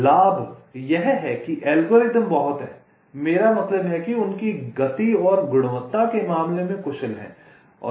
लाभ यह है कि एल्गोरिदम बहुत हैं मेरा मतलब है कि उनकी गति और गुणवत्ता के मामले में कुशल हैं